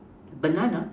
banana